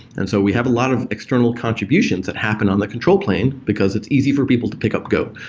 and so we have a lot of external contributions that happen on the control plane, because it's easy for people to pick up go.